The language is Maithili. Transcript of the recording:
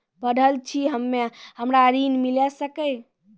पढल छी हम्मे हमरा ऋण मिल सकई?